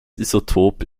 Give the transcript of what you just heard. isotop